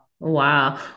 Wow